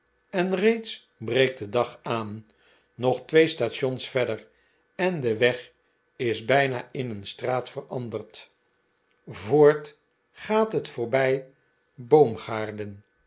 en reeds breekt de dag aari nog twee stations verder en de weg is bijna in een straat veranderd voort gaat het voorbii boomgaarmaarten